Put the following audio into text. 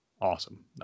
awesome